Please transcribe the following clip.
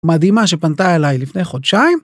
מדהימה שפנתה אליי לפני חודשיים.